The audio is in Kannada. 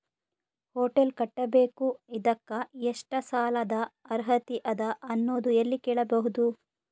ಹೊಟೆಲ್ ಕಟ್ಟಬೇಕು ಇದಕ್ಕ ಎಷ್ಟ ಸಾಲಾದ ಅರ್ಹತಿ ಅದ ಅನ್ನೋದು ಎಲ್ಲಿ ಕೇಳಬಹುದು?